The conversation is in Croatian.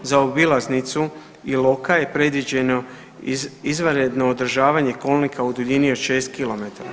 Zaobilaznicu Iloka je predviđeno izvanredno održavanje kolnika u duljini od 6 km.